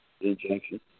injection